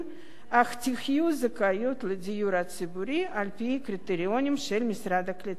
אך יהיו זכאיות לדיור הציבורי על-פי הקריטריונים של משרד הקליטה.